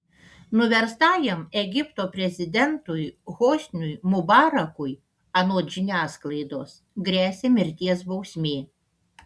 nuverstajam egipto prezidentui hosniui mubarakui anot žiniasklaidos gresia mirties bausmė